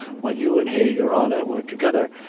when you and he, your honor, were together,